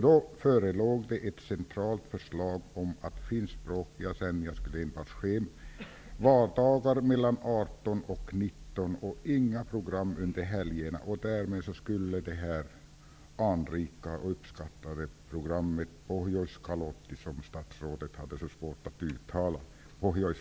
Då förelåg nämligen ett centralt förslag om att finskspråkiga sändningar enbart skulle förekomma vardagar kl. 18.00--19.00 och att det inte skulle förekomma några program under helgerna. Därmed skulle det anrika och uppskattade programmet Pohjoiskalotti utgå -- det var tydligen svårt för statsrådet att uttala det ordet.